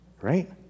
Right